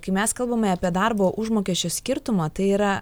kai mes kalbame apie darbo užmokesčio skirtumą tai yra